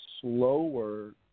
slower